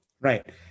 right